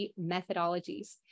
methodologies